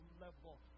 level